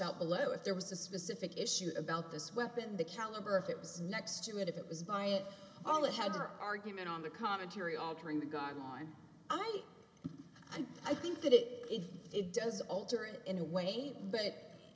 out below if there was a specific issue about this weapon the caliber if it was next to it if it was by at all it had or argument on the commentary altering the guard on me and i think that it if it does alter it in a way but